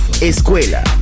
escuela